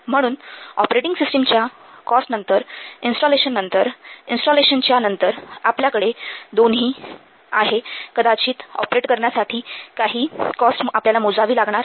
म्हणून ऑपरेटिंग सिस्टिमच्या कॉस्ट नंतर इन्स्टॉलेशन नंतर इंस्टॉलेशनच्या नंतर आपल्याकडे दोन्ही आहे कदाचित ऑपरेट करण्यासाठी काही कॉस्ट आपल्याला मोजावी लागणार